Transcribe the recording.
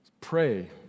Pray